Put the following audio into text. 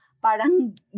parang